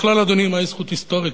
בכלל, אדוני, מהי זכות היסטורית?